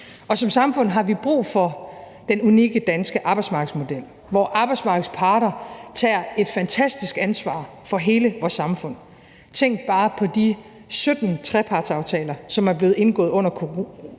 Som samfund har vi brug for den unikke danske arbejdsmarkedsmodel, hvor arbejdsmarkedets parter tager et fantastisk ansvar for hele vores samfund. Tænk bare på de 17 trepartsaftaler, som er blevet indgået under coronakrisen.